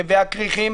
מביאה כריכים,